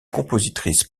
compositrice